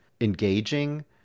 engaging